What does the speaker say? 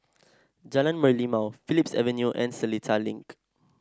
Jalan Merlimau Phillips Avenue and Seletar Link